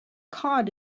cod